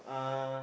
uh